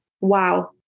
Wow